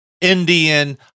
Indian